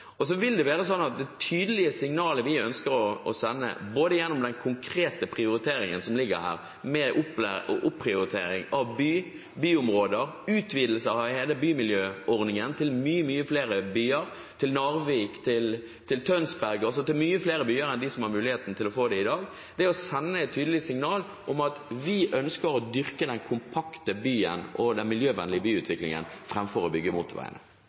der. Så vil det være sånn at det tydelige signalet vi ønsker å sende, både gjennom den konkrete prioriteringen som ligger der med omprioritering av byområder og med utvidelse av hele bymiljøordningen til mange flere byer – til Narvik og Tønsberg, altså til mange flere byer enn dem som har muligheten til å få det i dag – er at vi ønsker å dyrke den kompakte byen og den miljøvennlige byutviklingen framfor å bygge motorveiene.